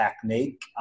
technique